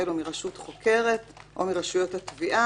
כי רוב העבריינים